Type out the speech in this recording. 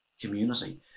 community